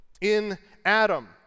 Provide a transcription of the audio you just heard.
In-Adam